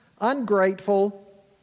ungrateful